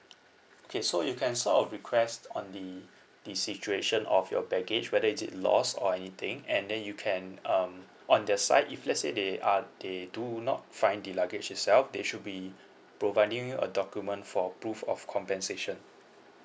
okay so you can sort of request on the the situation of your baggage whether is it lost or anything and then you can um on their side if let's say they are they do not find the luggage itself they should be providing you a document for proof of compensation